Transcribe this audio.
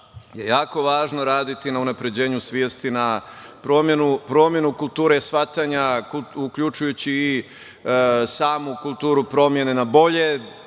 je jako važno raditi na unapređenju svesti na promenu kulture shvatanja, uključujući i samu kulturu promena na bolje.